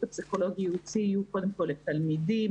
הפסיכולוגי ייעוצי יהיו קודם כל לתלמידים,